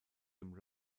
dem